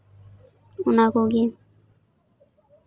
ᱚᱱᱟ ᱠᱚᱜᱮ